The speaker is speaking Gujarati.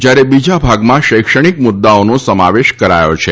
જ્યારે બીજા ભાગમાં શૈક્ષણિક મુદ્દાઓનો સમાવેશ કરાયો છે